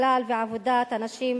בכלל ועבודת הנשים